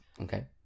okay